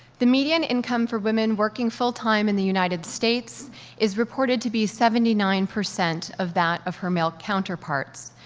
the median income for women working full-time in the united states is reported to be seventy nine percent of that of her male counterparts.